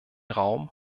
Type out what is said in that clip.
raum